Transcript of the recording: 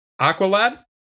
Aqualad